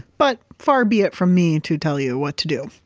but far be it from me to tell you what to do.